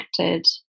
connected